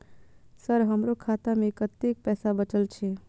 Sir हमरो खाता में कतेक पैसा बचल छे?